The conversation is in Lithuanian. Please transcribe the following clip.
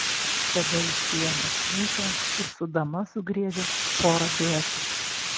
tada išsiėmęs smuiką ir su dama sugriežęs porą duetų